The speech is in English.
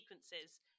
sequences